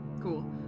Cool